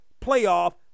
Playoff